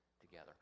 together